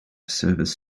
service